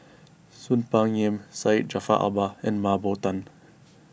Soon Peng Yam Syed Jaafar Albar and Mah Bow Tan